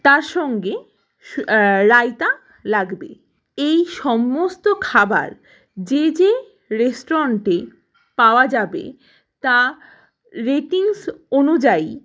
তার সঙ্গে রায়তা লাগবে এই সমস্ত খাবার যে যে রেস্টুরেন্টে পাওয়া যাবে তা রেটিংস অনুযায়ী